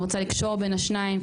אני רוצה לקשור בין השניים,